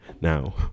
Now